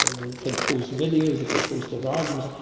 ah they can post videos, they can post their arguments,